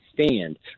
stand